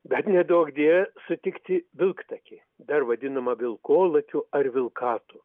bet neduok die sutikti vilktakį dar vadinamą vilkolakiu ar vilkatu